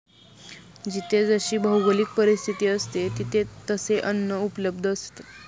जिथे जशी भौगोलिक परिस्थिती असते, तिथे तसे अन्न उपलब्ध असतं